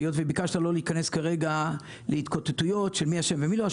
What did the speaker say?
היות וביקשת לא להיכנס כרגע להתקוטטויות מי אשם ומי לא,